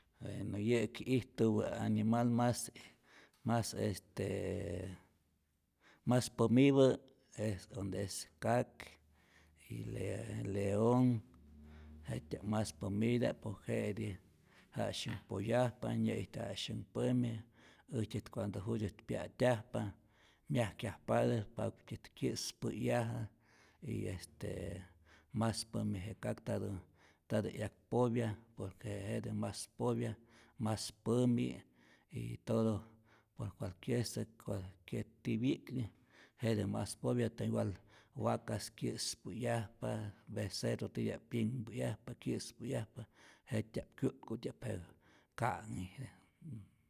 Bueno yä'ki ijtupä animal mas mas este mas pämipä es donde es kak, y le leon, jet'tya'p mas pämita'p, por je'tij janu'sy poyajpa, nyä'ijtyaj janu'sy pämi, äjtyät cuando jutyä't pya'tyajpa myajkyajpatät ja'kutyä kyä'spä'yajä y este mas pämi je kak ntatä 'yak popya por que jete mas popya, mas pämi y todo por cualquier este cualquier tipi'kti jete mas popya, ta igual wakas kyä'spä'yajpa, becerru titya'p pyinhpäyajpa, kyä'spä'yajpa, jet'tya'p kyu'tkutya'p je ka'nhij.